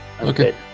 Okay